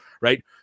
Right